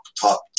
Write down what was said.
top